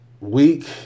week